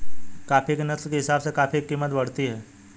coffee की नस्ल के हिसाब से कॉफी की कीमत बढ़ती है